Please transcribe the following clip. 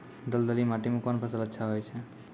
दलदली माटी म कोन फसल अच्छा होय छै?